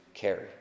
Carry